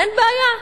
אין בעיה.